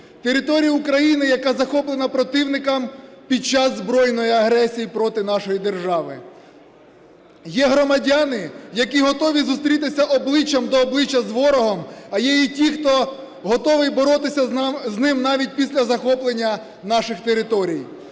Територія України, яка захоплена противником під час збройної агресії проти нашої держави. Є громадяни, які готові зустрітися обличчям до обличчя з ворогом, а є і ті, хто готові боротися з ним навіть після захоплення наших територій.